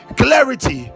clarity